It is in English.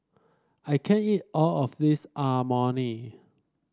I can't eat all of this Imoni